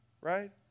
right